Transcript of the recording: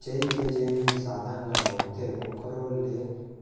सिचई के जेन भी साधन ल बउरथे ओखरो ले